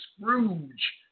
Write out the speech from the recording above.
Scrooge